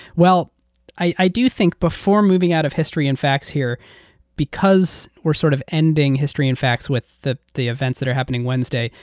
i i do think before moving out of history and facts here because we're sort of ending history and facts with the the events that are happening wednesday,